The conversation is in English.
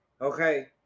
okay